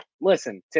listen